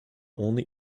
only